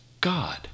God